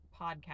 podcast